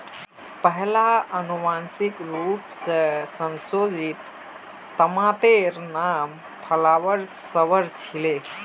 पहिला अनुवांशिक रूप स संशोधित तमातेर नाम फ्लावर सवर छीले